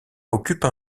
occupe